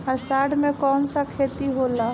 अषाढ़ मे कौन सा खेती होला?